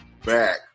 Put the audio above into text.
Back